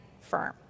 firm